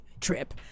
trip